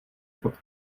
fakt